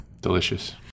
Delicious